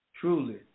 truly